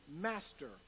Master